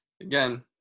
Again